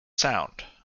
sound